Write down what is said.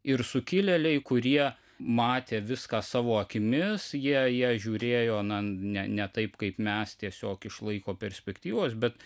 ir sukilėliai kurie matė viską savo akimis jie jie žiūrėjo na ne ne taip kaip mes tiesiog iš laiko perspektyvos bet